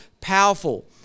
powerful